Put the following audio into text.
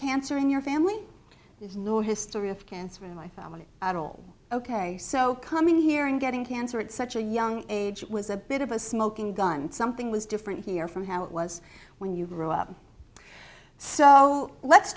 cancer in your family there's no history of cancer in my family at all ok so coming here and getting cancer at such a young age was a bit of a smoking gun something was different here from how it was when you grow up so let's